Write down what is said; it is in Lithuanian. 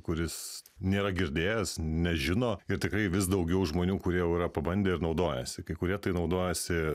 kuris nėra girdėjęs nežino ir tikrai vis daugiau žmonių kurie jau yra pabandę ir naudojasi kai kurie tai naudojasi